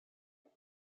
what